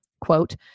quote